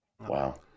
Wow